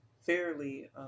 fairly